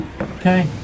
Okay